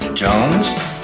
Jones